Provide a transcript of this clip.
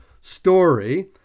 story